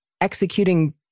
executing